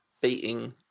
beating